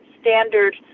standard